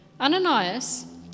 Ananias